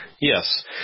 Yes